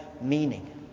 meaning